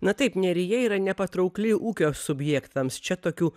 na taip nerija yra nepatraukli ūkio subjektams čia tokių